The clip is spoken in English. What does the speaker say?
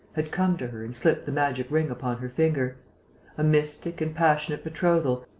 had come to her and slipped the magic ring upon her finger a mystic and passionate betrothal,